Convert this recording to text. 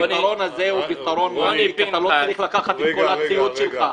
הפתרון הזה הוא פתרון מעשי כי אתה לא צריך לקחת את כל הציוד שלך.